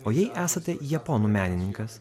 o jei esate japonų menininkas